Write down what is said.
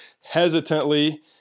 hesitantly